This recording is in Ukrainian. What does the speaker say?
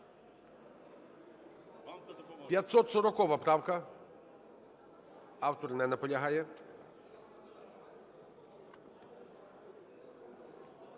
540 правка. Автор не наполягає.